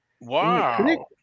Wow